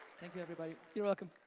thank you everybody. you're welcome.